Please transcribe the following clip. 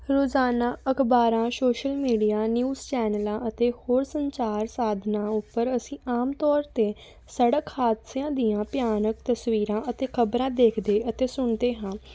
ਰੋਜ਼ਾਨਾ ਅਖਬਾਰਾਂ social media news ਚੈਨਲਾਂ ਅਤੇ ਹੋਰ ਸੰਚਾਰ ਸਾਧਨਾਂ ਉੱਪਰ ਅਸੀਂ ਆਮ ਤੌਰ 'ਤੇ ਸੜਕ ਹਾਦਸਿਆਂ ਦੀਆਂ ਭਿਆਨਕ ਤਸਵੀਰਾਂ ਅਤੇ ਖਬਰਾਂ ਦੇਖਦੇ ਅਤੇ ਸੁਣਦੇ ਹਾਂ